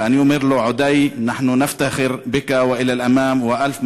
ואני אומר לו: (אומר בערבית: